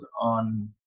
on